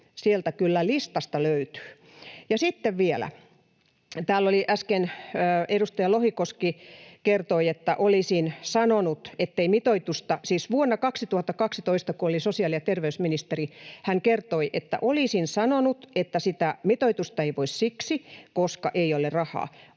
sieltä listasta löytyy. Ja sitten vielä: Täällä äsken edustaja Lohikoski kertoi, että olisin sanonut, siis vuonna 2012, kun olin sosiaali- ja terveysministeri, että sitä mitoitusta ei voi tehdä siksi, koska ei ole rahaa.